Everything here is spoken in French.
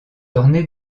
ornée